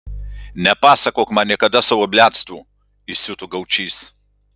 nepasakok man niekada savo bliadstvų įsiuto gaučys